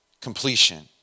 completion